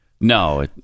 No